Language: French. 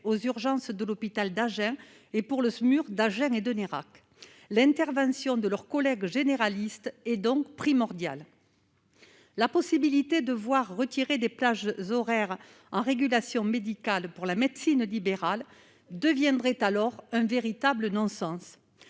aux urgences de l'hôpital d'Agen et pour le SMUR d'gène et de Nérac, l'intervention de leurs collègues généraliste est donc primordial. La possibilité de voir retirer des plages horaires en régulation médicale pour la médecine libérale deviendrait alors un véritable non-sens